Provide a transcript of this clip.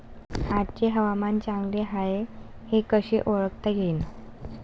आजचे हवामान चांगले हाये हे कसे ओळखता येईन?